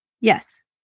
yes